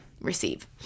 receive